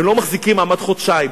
הם לא מחזיקים מעמד חודשיים.